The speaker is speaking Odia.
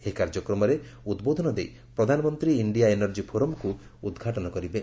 ଏହି କାର୍ଯ୍ୟକ୍ରମରେ ଉଦ୍ବୋଧନ ଦେଇ ପ୍ରଧାନମନ୍ତ୍ରୀ ଇଣ୍ଡିଆ ଏନର୍ଜି ଫୋରମକୁ ଉଦ୍ଘାଟନ କରିବେ